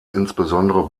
insbesondere